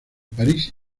parís